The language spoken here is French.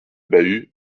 bahut